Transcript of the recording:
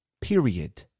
Period